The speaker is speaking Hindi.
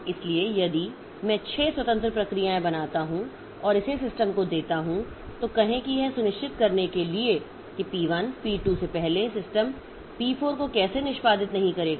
इसलिए यदि मैं 6 स्वतंत्र प्रक्रियाएं बनाता हूं और इसे सिस्टम को देता हूं तो कहें कि यह सुनिश्चित करने के लिए कि पी 1 पी 2 से पहले सिस्टम पी 4 को कैसे निष्पादित नहीं करेगा